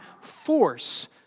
force